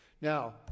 Now